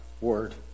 word